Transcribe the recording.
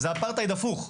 זה אפרטהייד הפוך.